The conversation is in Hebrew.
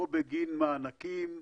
או בגין מענקים,